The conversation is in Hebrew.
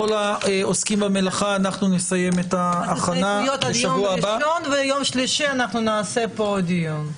הסתייגויות עד יום ראשון וביום שלישי נקיים פה עוד דיון.